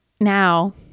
now